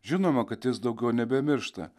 žinoma kad jis daugiau nebemiršta